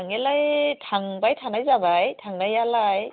थांनायालाय थांबाय थानाय जाबाय थांनायालाय